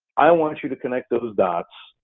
i want you to connect those dots,